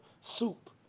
soup